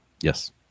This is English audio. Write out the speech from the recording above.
yes